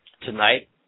Tonight